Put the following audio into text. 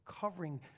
covering